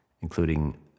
including